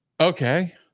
Okay